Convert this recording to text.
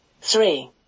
Three